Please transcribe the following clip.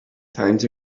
times